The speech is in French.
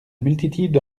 multitude